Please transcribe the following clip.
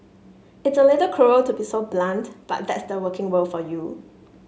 it's a little cruel to be so blunt but that's the working world for you